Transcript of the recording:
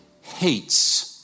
hates